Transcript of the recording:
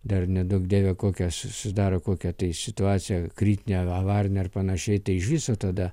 dar neduok dieve kokia susidaro kokia tai situacija kritinė avarinė ar panašiai tai iš viso tada